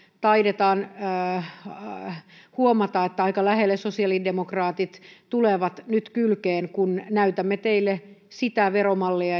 taidetaan huomata että aika lähelle sosiaalidemokraatit tulevat nyt kylkeen kun näytämme teille sitä veromallia